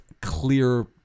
clear